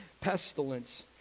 pestilence